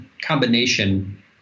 combination